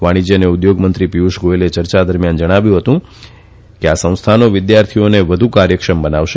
વાણિજય ને ઉદ્યોગ મંત્રી પિયુષ ગોયલે ચર્ચા દરમિયાન જણાવ્યું હતું કે આ સંસ્થાનો એનઆઈડીના વિદ્યાર્થીઓને વધુ કાર્યક્ષમ બનાવશે